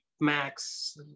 max